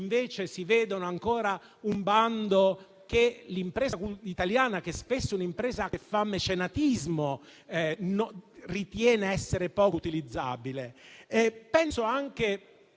invece si vedono ancora un bando, che l'impresa italiana, che spesso fa mecenatismo, ritiene poco utilizzabile.